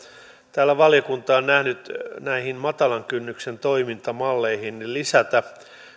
täällä valiokunta on nähnyt tarpeelliseksi näihin matalan kynnyksen toimintamalleihin lisätä